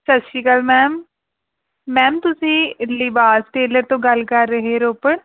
ਸਤਿ ਸ਼੍ਰੀ ਅਕਾਲ ਮੈਮ ਮੈਮ ਤੁਸੀਂ ਲਿਬਾਸ ਟੇਲਰ ਤੋਂ ਗੱਲ ਕਰ ਰਹੇ ਰੋਪੜ